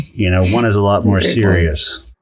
you know, one is a lot more serious.